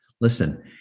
listen